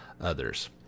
others